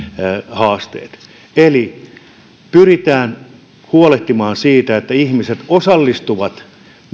haasteet eli pyritään huolehtimaan siitä että ihmiset osallistuvat